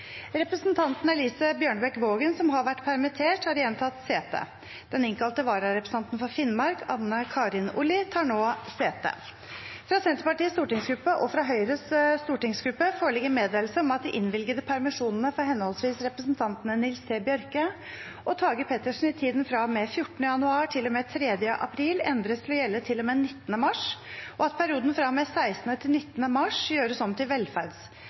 Representanten Elise Bjørnebekk-Waagen , som har vært permittert, har igjen tatt sete. Den innkalte vararepresentanten for Finnmark, Anne Karin Olli , tar nå sete. Fra Senterpartiets stortingsgruppe og fra Høyres stortingsgruppe foreligger meddelelse om at de innvilgede permisjonene for henholdsvis representantene Nils T. Bjørke og Tage Pettersen i tiden fra og med 14. januar til og med 3. april endres til å gjelde til og med 19. mars, og at perioden fra og med 16. til og med 19. mars gjøres om til